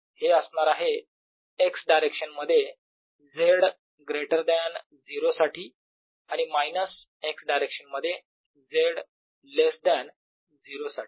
हे असणार आहे x डायरेक्शन मध्ये z ग्रेटर दॅन 0 साठी आणि मायनस x डायरेक्शन मध्ये z लेस दॅन 0 साठी